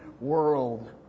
world